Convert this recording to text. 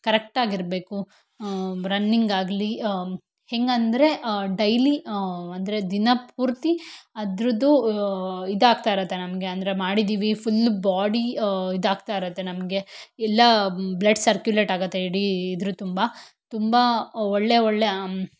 correct ಆಗಿರಬೇಕು running ಆಗಲಿ ಹೇಗಂದ್ರೆ ಡೈಲಿ ಅಂದರೆ ದಿನಪೂರ್ತಿ ಅದ್ರದ್ದು ಇದಾಗ್ತಾ ಇರುತ್ತೆ ನಮಗೆ ಅಂದರೆ ಮಾಡಿದ್ದೀವಿ ಫುಲ್ ಬಾಡಿ ಇದಾಗ್ತಾ ಇರುತ್ತೆ ನಮಗೆ ಎಲ್ಲ ಬ್ಲಡ್ ಸರ್ಕ್ಯುಲೇಟ್ ಆಗುತ್ತೆ ಇಡೀ ಇದರ ತುಂಬ ತುಂಬ ಒಳ್ಳೆಯ ಒಳ್ಳೆಯ